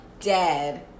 dead